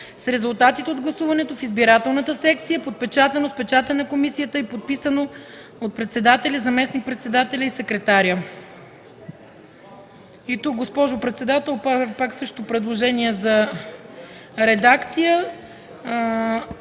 с резултатите от гласуването в избирателната секция, подпечатано с печата на комисията и подписано от председателя, заместник-председателя и секретаря” И тук, госпожо председател, правя пак същото предложение за редакция